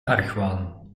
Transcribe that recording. argwaan